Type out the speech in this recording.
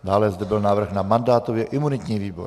Dále zde byl návrh na mandátový a imunitní výbor.